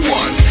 one